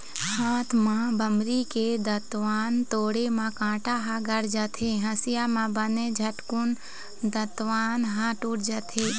हाथ म बमरी के दतवन तोड़े म कांटा ह गड़ जाथे, हँसिया म बने झटकून दतवन ह टूट जाथे